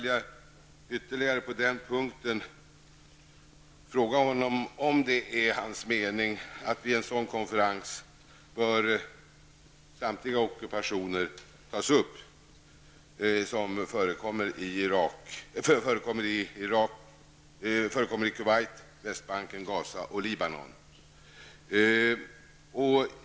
Jag vill på den punkten ställa ytterligare en fråga om det är hans mening att samtliga ockupationer bör tas upp vid en sådan konferens, dvs. de som förekommer i Kuwait, Västbanken, Gaza och Libanon.